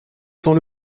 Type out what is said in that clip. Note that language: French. sans